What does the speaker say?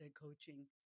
coaching